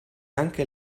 anche